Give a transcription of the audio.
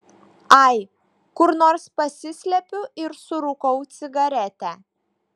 ai kur nors pasislepiu ir surūkau cigaretę